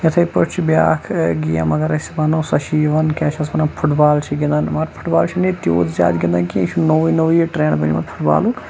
چھِ یِتھٕے پٲٹھۍ چھِ بیاکھ گیم اگر أسۍ وَنو سۄ چھِ یِوان کیاہ چھِس وَنان فُٹ بال چھِ گِنٛدان مگر فُٹ بال چھِنہٕ ییٚتہِ تِیوٗت زیادٕ گِنٛدان کینٛہہ یہِ چھُ نُوُے نُوُے ٹرٛینٛڈ بَنیومُت فُٹ بالُک